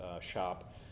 shop